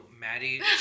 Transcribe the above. Maddie